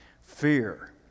Fear